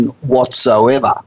whatsoever